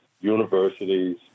universities